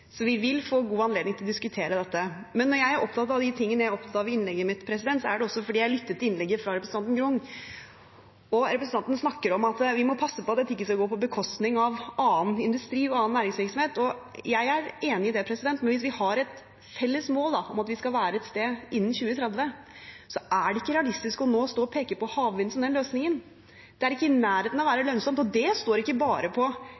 så vi vil få god anledning til å diskutere dette. Når jeg er opptatt av de tingene jeg er opptatt av i innlegget mitt, er det også fordi jeg lyttet til innlegget fra representanten Grung. Representanten snakker om at vi må passe på at dette ikke går på bekostning av annen industri og annen næringsvirksomhet. Jeg er enig i det, men hvis vi har et felles mål om at vi skal være et sted innen 2030, er det ikke realistisk nå å stå og peke på havvind som den løsningen. Det er ikke i nærheten av å være lønnsomt. Det står ikke bare på